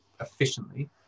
efficiently